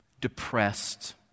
depressed